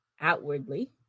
outwardly